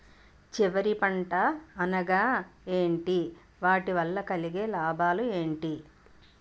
చివరి పంట అనగా ఏంటి వాటి వల్ల కలిగే లాభాలు ఏంటి